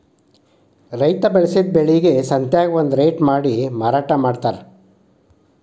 ರೈತಾ ಬೆಳಸಿದ ಬೆಳಿಗೆ ಸಂತ್ಯಾಗ ಒಂದ ರೇಟ ಮಾಡಿ ಮಾರಾಟಾ ಮಡ್ತಾರ